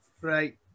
Right